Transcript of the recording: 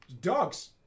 Dogs